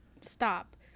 stop